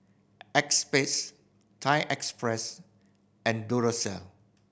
Acexspade Thai Express and Duracell